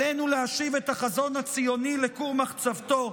עלינו להשיב את החזון הציוני לכור מחצבתו,